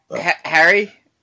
Harry